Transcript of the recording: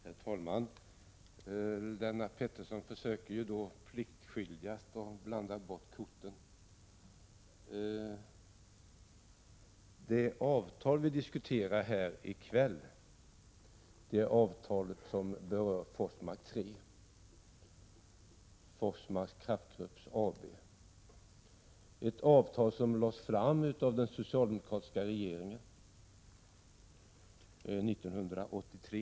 Herr talman! Lennart Pettersson försöker pliktskyldigast blanda bort korten. Det avtal vi diskuterar här i kväll som berör Forsmark 3, Forsmarks Kraftgrupp AB, är ett avtal som lades fram av den socialdemokratiska regeringen 1983.